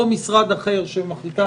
אז או משרד אחר שמחליטה הממשלה.